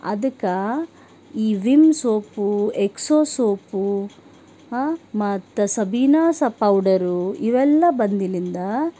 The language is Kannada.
ಅದಕ್ಕೆ ಈ ವಿಮ್ ಸೋಪು ಎಕ್ಸೋ ಸೋಪು ಮತ್ತು ಸಬೀನ ಸ ಪೌಡರು ಇವೆಲ್ಲ ಬಂದಿಲಿಂದ